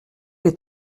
les